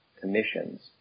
commissions